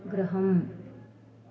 गृहम्